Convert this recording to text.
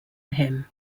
him